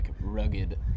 rugged